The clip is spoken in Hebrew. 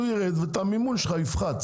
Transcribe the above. הוא ירד והמימון שלך יפחת.